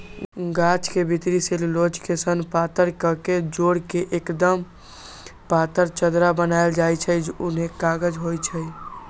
गाछ के भितरी सेल्यूलोस के सन पातर कके जोर के एक्दम पातर चदरा बनाएल जाइ छइ उहे कागज होइ छइ